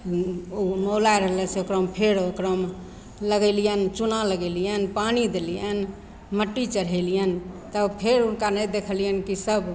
ओ मौलाइ रहलै से ओकरामे फेर ओकरामे लगेलिअनि चूना लगेलिअनि पानी देलिअनि मट्टी चढ़ेलिअनि तब फेर हुनका नहि देखलिअनि कि सब